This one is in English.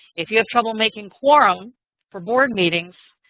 if you have trouble making forums for board meetings,